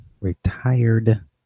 retired